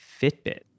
Fitbit